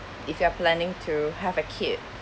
if you are planning to have a kid